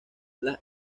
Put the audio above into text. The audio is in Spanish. las